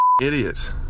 idiot